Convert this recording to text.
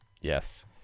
Yes